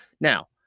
Now